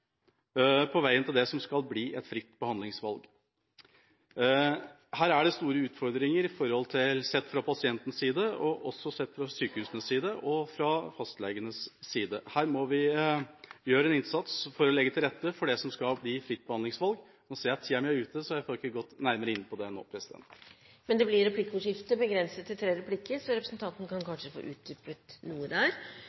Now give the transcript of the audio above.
på veien til det som skal bli et fritt behandlingsvalg. Her er det store utfordringer sett fra pasientenes side, fra sykehusenes side og fra fastlegenes side. Her må vi gjøre en innsats for å legge til rette for fritt behandlingsvalg. Jeg ser at tida mi er ute, så jeg får ikke gått nærmere inn på det nå. Det blir replikkordskifte,